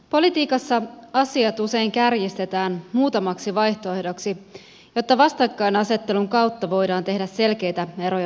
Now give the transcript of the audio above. politiikassa asiat usein kärjistetään muutamaksi vaihtoehdoksi jotta vastakkainasettelun kautta voidaan tehdä selkeitä eroja mielipiteissä